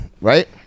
right